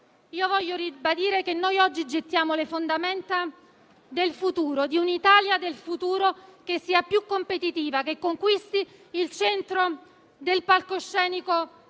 voglio ribadire che noi oggi gettiamo le fondamenta del futuro, di un'Italia del futuro che sia più competitiva, che conquisti il centro del palcoscenico